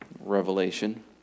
Revelation